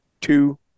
two